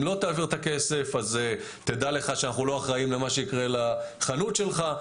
אם לא תעביר את הכסף אז תדע לך שאנחנו לא אחראים למה שיקרה לחנות שלך",